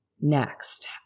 Next